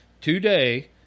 today